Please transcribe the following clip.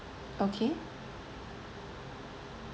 okay